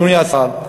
אדוני השר,